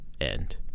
end